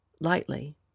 lightly